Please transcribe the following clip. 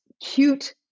cute